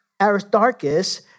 Aristarchus